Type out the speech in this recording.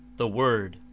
the word,